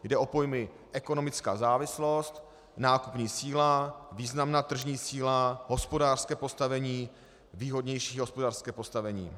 Jde o pojmy ekonomická závislost, nákupní síla, významná tržní síla, hospodářské postavení, výhodnější hospodářské postavení.